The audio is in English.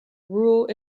rule